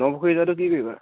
ন পুখুৰী যোৱাটো কি কৰিবা